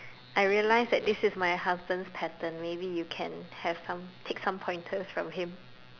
I realise that this is my husband pattern maybe you can have some pick some pointers from him